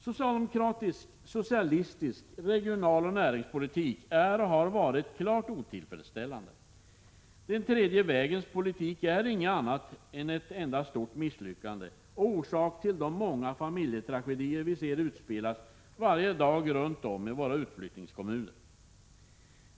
Socialdemokratisk socialistisk regionaloch näringspolitik är och har varit klart otillfredsställande. Den tredje vägens politik är inget annat än ett enda stort misslyckande och en orsak till de många familjetragedier som vi ser utspelas varje dag runt om i våra utflyttningskommuner.